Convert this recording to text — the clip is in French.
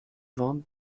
vente